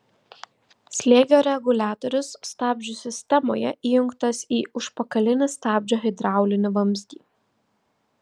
slėgio reguliatorius stabdžių sistemoje įjungtas į užpakalinį stabdžio hidraulinį vamzdį